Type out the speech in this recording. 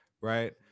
Right